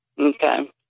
Okay